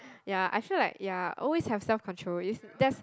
ya I feel like ya always have self control is there's